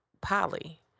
Polly